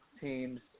teams